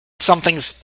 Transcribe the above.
something's